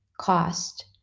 cost